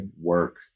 work